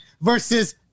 versus